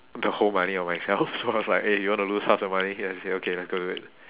the whole money on myself so I was like eh you want to lose half the money here okay then good good